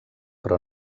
però